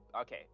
okay